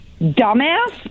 dumbass